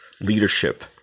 leadership